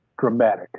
dramatic